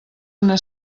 una